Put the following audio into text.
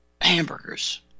hamburgers